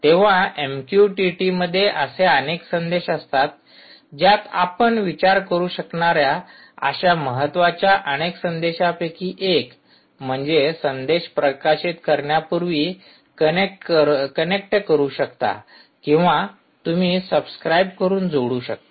तेव्हा एमक्यूटीटीमध्ये असे अनेक संदेश असतात ज्यात आपण विचार करू शकणाऱ्या अशा महत्त्वाच्या अनेक संदेशांपैकी एक म्हणजे संदेश प्रकाशित करण्यापूर्वी कनेक्ट करू शकता किंवा तुम्ही सबस्क्राईब करून जोडू शकता